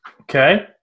Okay